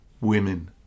women